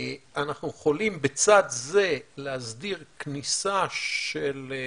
אנחנו יכולים בצד זה להסדיר כניסה של,